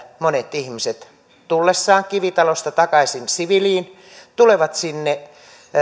monet ihmiset tullessaan kivitalosta takaisin siviiliin tulevat sinne